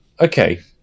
Okay